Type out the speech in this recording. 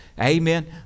amen